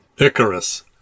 Icarus